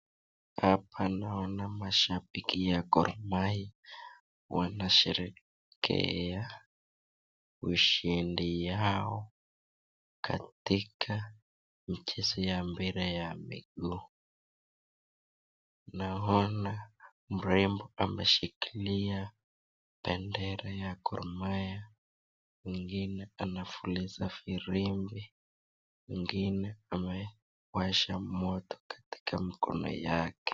Hapa naona mashapiki ya karmayaowanasherekea ushindi yao katika mchezo ya mpira ya miguu naona mrembo ameshikilia pendera ya kormaya mwingine anafilifa vilimbii mwingine amewasha moto katika mkono yake.